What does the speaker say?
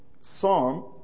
psalm